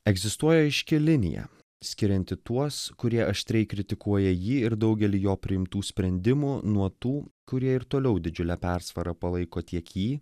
egzistuoja aiški linija skirianti tuos kurie aštriai kritikuoja jį ir daugelį jo priimtų sprendimų nuo tų kurie ir toliau didžiule persvara palaiko tiek jį